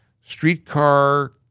Streetcar